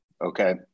Okay